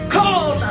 call